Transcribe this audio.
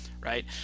right